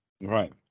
right